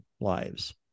lives